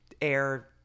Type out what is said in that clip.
air